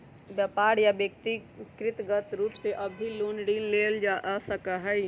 व्यापार या व्यक्रिगत रूप से अवधि लोन ऋण के लेबल जा सका हई